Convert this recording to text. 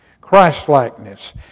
Christ-likeness